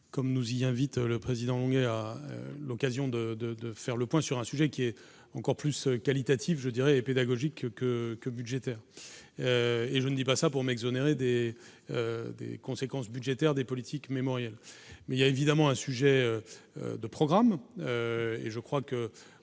comme nous y invite le président Longuet à l'occasion de, de, de faire le point sur un sujet qui est encore plus qualitative, je dirais, et pédagogique que que budgétaire et je ne dis pas ça pour m'exonérer des des conséquences budgétaires des politiques mémorielles mais il y a évidemment un sujet de programmes et je crois que,